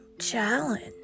challenge